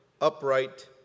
upright